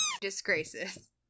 disgraces